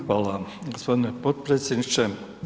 Hvala gospodine potpredsjedniče.